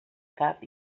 cap